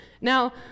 Now